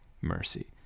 mercy